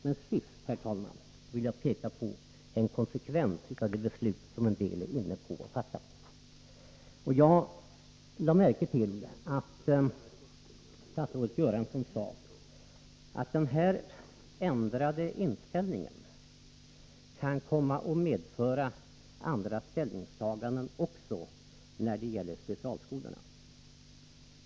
Men sist, herr talman, vill jag peka på en konsekvens av det beslut som en del vill fatta. Jag lade märke till att statsrådet Göransson sade att den här ändrade inställningen kan komma att medföra andra ställningstaganden också när det gäller specialskolorna.